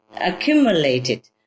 accumulated